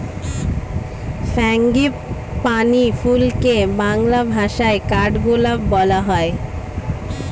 frangipani ফুলকে বাংলা ভাষায় কাঠগোলাপ বলা হয়